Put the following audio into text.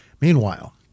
Meanwhile